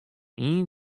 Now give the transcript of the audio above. ien